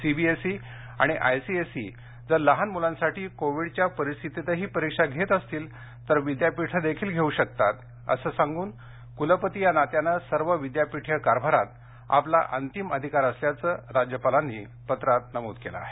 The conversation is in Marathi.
सीबीएसई आणि आयसीएसई जर लहान मूलांसाठी कोविडच्या परिस्थितीतही परीक्षा घेत असतील तर विद्यापीठं देखील घेऊ शकतात असं सांगून क्लपति या नात्यानं सर्व विद्यापीठीय कारभारात आपला अंतिम अधिकार असल्याचं राज्यपालांनी पत्रात नमूद केलं आहे